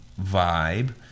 vibe